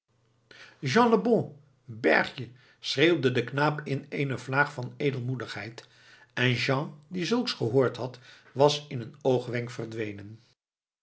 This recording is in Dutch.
jean lebon berg je schreeuwde de knaap in eene vlaag van edelmoedigheid en jean die zulks gehoord had was in een oogwenk verdwenen